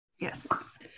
Yes